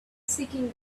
seeking